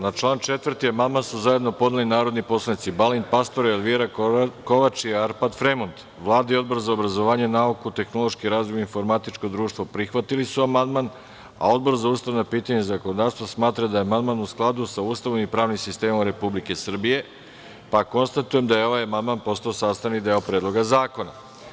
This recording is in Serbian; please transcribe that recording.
Na član 4. amandman su zajedno podneli narodni poslanici Balint Pastor, Elvira Kovač i Arpad Fremond, Vlada i Odbor za obrazovanje, nauku, tehnološki razvoj i informatičko društvo prihvatili su amandman, a Odbor za ustavna pitanja i zakonodavstvo smatra da je amandman u skladu sa Ustavom i pravnim sistemom Republike Srbije, pa konstatujem da je ovaj amandman postao sastavni deo Predloga zakona.